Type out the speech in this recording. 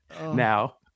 now